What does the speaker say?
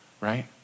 right